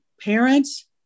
parents